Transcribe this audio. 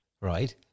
Right